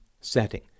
setting